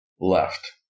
left